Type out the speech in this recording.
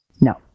No